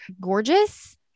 gorgeous